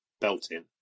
belting